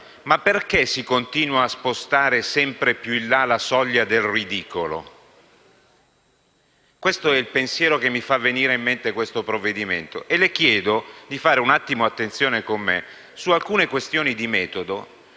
perché si continua a spostare sempre più in là la soglia del ridicolo? Questo è il pensiero che mi fa venire in mente questo provvedimento e le chiedo di fare attenzione con me su alcune questioni di metodo,